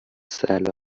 خندت